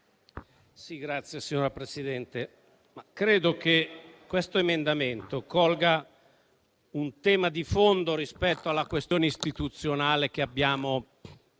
Signor Presidente, credo che l'emendamento colga un tema di fondo rispetto alla questione istituzionale che abbiamo definito.